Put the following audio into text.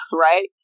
right